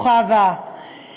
אני